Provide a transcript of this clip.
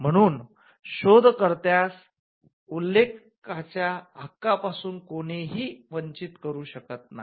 म्हणून शोध कर्त्यास उल्लेखाच्या हक्का पासून कुणीही व्यक्ती वंचित करू शकत नाही